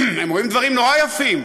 הם רואים דברים נורא יפים.